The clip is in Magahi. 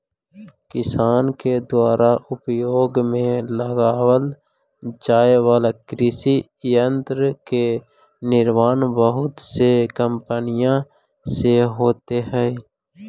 किसान के दुयारा उपयोग में लावल जाए वाला कृषि यन्त्र के निर्माण बहुत से कम्पनिय से होइत हई